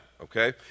okay